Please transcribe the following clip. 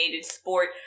sport